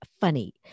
funny